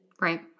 Right